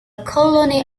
colony